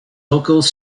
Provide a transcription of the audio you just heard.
locals